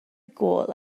gôl